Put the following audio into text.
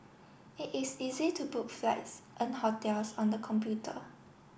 it is easy to book flights and hotels on the computer